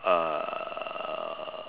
uh